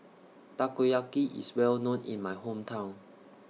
Takoyaki IS Well known in My Hometown